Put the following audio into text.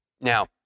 Now